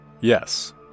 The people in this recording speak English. Yes